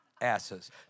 Asses